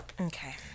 Okay